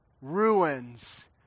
ruins